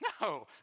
No